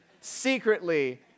secretly